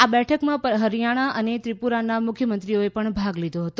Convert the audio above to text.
આ બેઠકમાં હરિયાણા અને ત્રિપુરાના મુખ્યમંત્રીઓએ ભાગ લીધો હતો